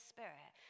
Spirit